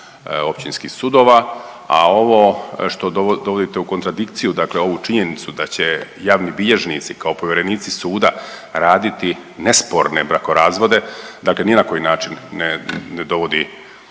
općinskih sudova, a ovo što dovodite u kontradikciju, dakle ovu činjenicu da će javni bilježnici kao povjerenici suda raditi nesporne brakorazvode, dakle ni na koji način ne dovodi,